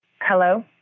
Hello